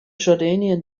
jordanian